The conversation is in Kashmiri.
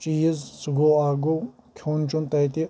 چیٖز سُہ گوٚو اکھ گوٚو کھیٚون چیٚون تتہِ